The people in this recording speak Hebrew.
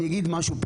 אני אגיד משהו,